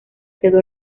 quedó